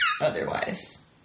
otherwise